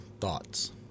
thoughts